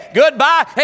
goodbye